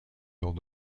lors